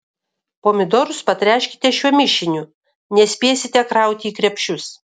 pomidorus patręškite šiuo mišiniu nespėsite krauti į krepšius